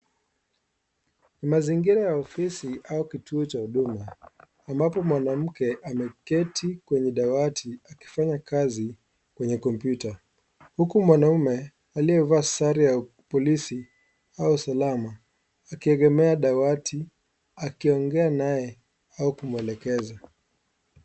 Mazingira ya ofisi au kituo cha huduma ambapo mwanamke ameketi kwenye dawati akifanya kazi kwenye kompyuta, huku mwanaume aliyevaa sare ya polisi au usalama akiegemea dawati akiongea naye au kumuelekeza.